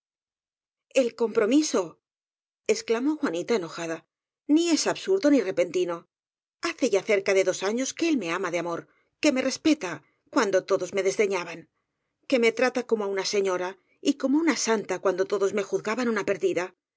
l compromiso exclamó juanita enojadano es ni absurdo ni repentino hace ya cerca de dos años que él me ama de amor que me respeta cuando todos me desdeñaban que me trata como á una señora y como á una santa cuando todos me juzgaban una perdida